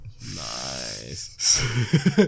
Nice